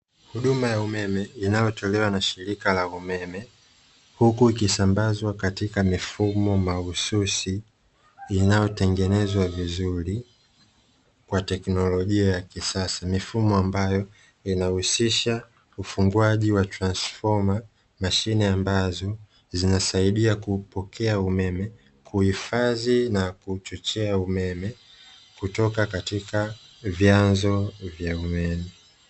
Huduma ya umeme inayotolewa na shirika la umeme huku ikisambazwa katika mifumo mahususi inayotengenezwa vizuri kwa teknolojia ya kisasa mifumo ambayo inahusisha ufungwaji wa transfoma mashine ambazo zinasaidia kupokea umeme, kuihifadhi na kuchochea umeme kutoka katika vyanzo vya umeme.